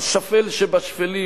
השפל שבשפלים,